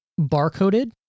barcoded